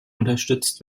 unterstützt